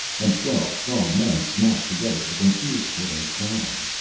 and twelve strong men smashed together with an ear-splitting clang!